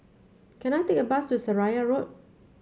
can I take a bus to Seraya Road